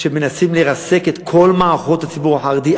שמנסים לרסק את כל מערכות הציבור החרדי,